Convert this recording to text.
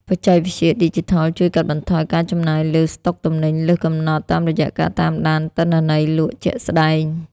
បច្ចេកវិទ្យាឌីជីថលជួយកាត់បន្ថយការចំណាយលើ ស្តុកទំនិញលើសកំណត់ តាមរយៈការតាមដានទិន្នន័យលក់ជាក់ស្ដែង។